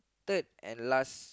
third and last